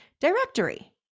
directory